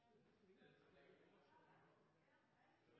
i en